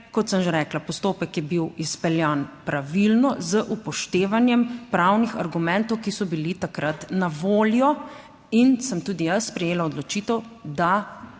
kot sem že rekla, postopek je bil izpeljan pravilno z upoštevanjem pravnih argumentov, ki so bili takrat na voljo in sem tudi jaz sprejela odločitev, da